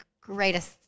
greatest